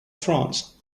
france